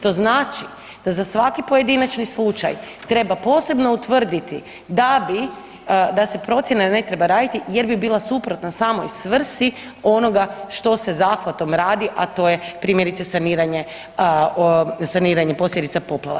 To znači da za svaki pojedinačni slučaj treba posebno utvrditi da bi da se procjena ne treba raditi jer bi bila suprotna samoj svrsi onoga što se zahvatom radi, a to je primjerice saniranje posljedica poplava.